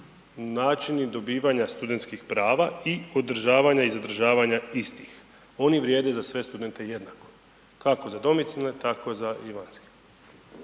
načini dobivanja studentskih prava i održavanja i zadržavanja istih, oni vrijede za sve studente jednako, kako za domicilne, tako za i vanjske,